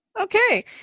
Okay